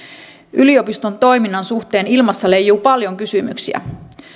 yliopiston toiminnan suhteen ilmassa leijuu paljon kysymyksiä